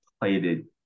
plated